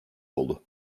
oldu